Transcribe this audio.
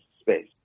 space